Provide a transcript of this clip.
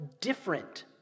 different